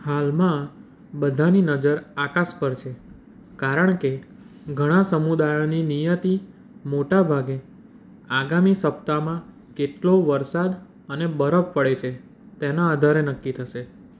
હાલમાં બધાની નજર આકાશ પર છે કારણ કે ઘણા સમુદાયોની નિયતિ મોટા ભાગે આગામી સપ્તાહમાં કેટલો વરસાદ અને બરફ પડે છે તેના આધારે નક્કી થશે